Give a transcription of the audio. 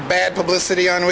bad publicity on